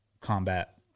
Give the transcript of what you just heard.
combat